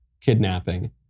kidnapping